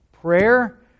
prayer